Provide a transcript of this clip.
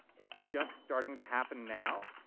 it's just starting to happen now?